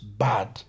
bad